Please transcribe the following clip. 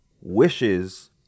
wishes